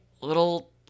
Little